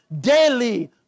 daily